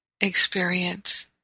experience